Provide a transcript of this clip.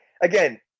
again